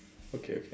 okay okay